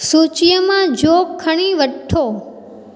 सूचीअ मां जो खणी वठो